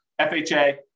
FHA